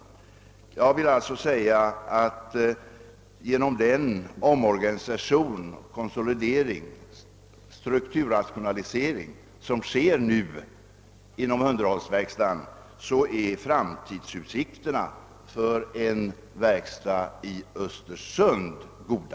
Till följd av den omorganisation, konsolidering och strukturrationalisering som nu pågår inom underhållsverkstäderna är framtidsutsikterna för en verkstad i Östersund goda.